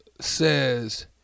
Says